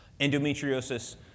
Endometriosis